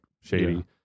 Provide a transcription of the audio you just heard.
shady